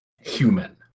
human